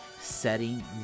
setting